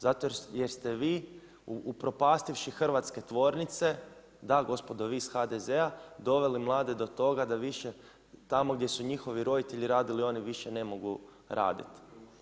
Zato jer ste vi upropastivši hrvatske tvornice, da gospodo vi iz HDZ-a doveli mlade do toga da više tamo gdje su njihovi roditelji radili, oni više ne mogu raditi.